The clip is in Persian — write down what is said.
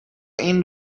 این